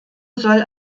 soll